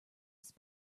his